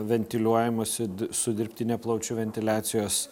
ventiliuojamose su dirbtine plaučių ventiliacijos